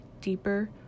deeper